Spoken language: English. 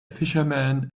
fisherman